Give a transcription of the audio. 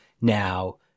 Now